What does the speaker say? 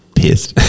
pissed